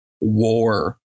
war